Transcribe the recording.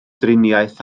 driniaeth